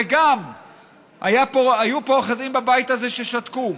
וגם היו פה אחדים בבית הזה ששתקו.